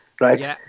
right